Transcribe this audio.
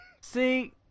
See